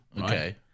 okay